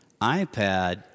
iPad